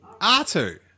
R2